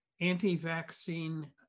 anti-vaccine